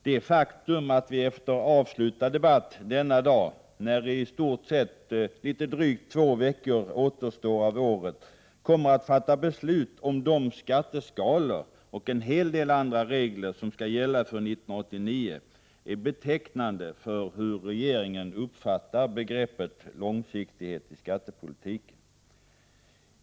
Det faktum att vi efter avslutad debatt denna dag, när i stort sett litet drygt två veckor återstår av året, kommer att fatta beslut om de skatteskalor och en hel del andra regler som skall gälla för 1989 är betecknande för hur regeringen uppfattar begreppet långsiktighet i skattepolitiken.